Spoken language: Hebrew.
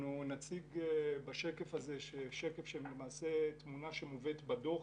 אנחנו נציג בשקף הזה שהוא למעשה תמונה שמובאת בדוח